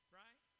right